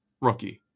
rookie